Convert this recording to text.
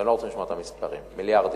אתם לא רוצים לשמוע את המספרים, מיליארדים.